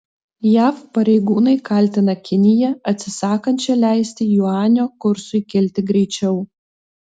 jav pareigūnai kaltina kiniją atsisakančią leisti juanio kursui kilti greičiau